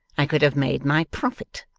i could have made my profit.